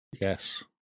Yes